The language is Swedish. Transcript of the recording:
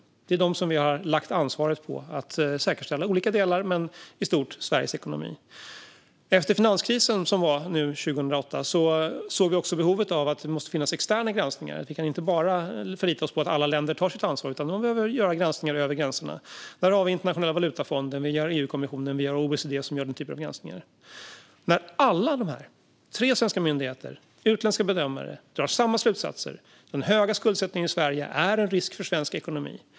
Det är dem vi har lagt ansvaret på när det gäller att säkerställa olika delar men i stort Sveriges ekonomi. Efter finanskrisen 2008 såg man också behovet av externa granskningar. Man kan inte bara förlita sig på att alla länder tar sitt ansvar. Man behöver göra granskningar över gränserna. Där finns Internationella valutafonden, EU-kommissionen och OECD. De gör den typen av granskningar. Alla de här, tre svenska myndigheter och utländska bedömare, drar samma slutsats: att den höga skuldsättningen i Sverige är en risk för svensk ekonomi.